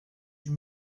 huit